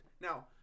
Now